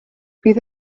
bydd